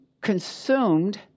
consumed